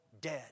dead